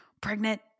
pregnant